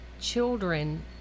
children